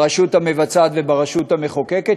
ברשות המבצעת וברשות המחוקקת,